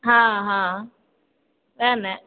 हँ हँ सएह ने